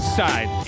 side